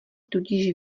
tudíž